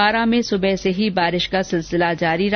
बारां में भी सुबह से ही बारिश का सिलसिला जारी रहा